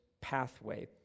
pathway